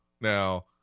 now